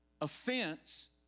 offense